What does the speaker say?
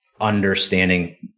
understanding